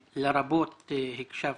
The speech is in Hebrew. רבות.